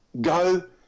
go